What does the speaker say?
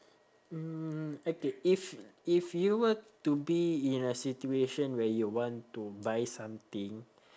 mm okay if if you were to be in a situation where you want to buy something